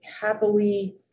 happily